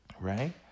right